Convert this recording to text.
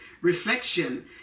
reflection